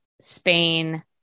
Spain